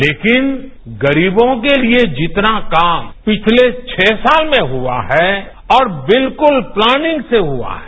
लेकिन गरीबों के लिए जितना काम पिछले छह साल में हुआ है और बिल्कूल प्लानिंग से हुआ है